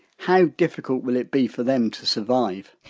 how difficult will it be for them to survive?